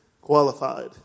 Qualified